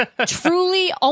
truly